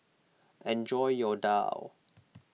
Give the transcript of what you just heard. enjoy your Daal